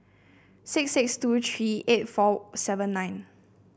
six six two three eight four seven nine